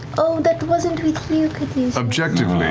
oh, that wasn't with you, caduceus,